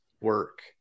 work